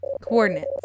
Coordinates